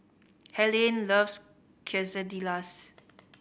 Helaine loves Quesadillas